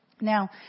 Now